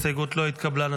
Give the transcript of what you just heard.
הסתייגות 68 לא נתקבלה.